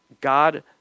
God